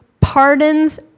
pardons